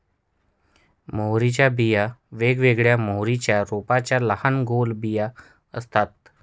मोहरीच्या बिया वेगवेगळ्या मोहरीच्या रोपांच्या लहान गोल बिया असतात